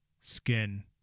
skin